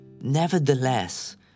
Nevertheless